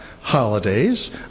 holidays